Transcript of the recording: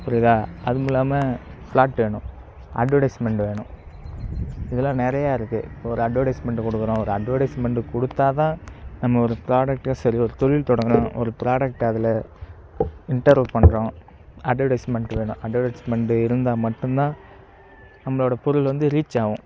புரியுதா அதுவும் இல்லாமல் ஃபிளாட் வேணும் அட்வர்டைஸ்மெண்ட் வேணும் இதெலாம் நிறையா இருக்குது ஒரு அட்வர்டைஸ்மெண்ட் கொடுக்குறோம் ஒரு அட்வர்டைஸ்மெண்டு கொடுத்தாதான் நம்ம ஒரு ப்ராடக்ட்டை சரி ஒரு தொழில் தொடங்குறோம் ஒரு ப்ராடக்ட் அதில் இன்டர் ஒர்க் பண்ணுறோம் அட்வர்டைஸ்மெண்ட் வேணும் அட்வர்டைஸ்மெண்டு இருந்தால் மட்டும்தான் நம்மளோடய பொருள் வந்து ரீச் ஆகும்